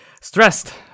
stressed